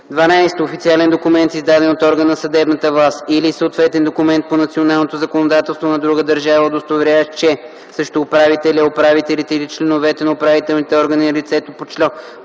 12. официален документ, издаден от орган на съдебната власт, или съответен документ по националното законодателство на друга държава, удостоверяващ, че срещу управителя/управителите или членовете на управителните органи на лицето по чл.